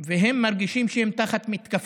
והם מרגישים שהם תחת מתקפה,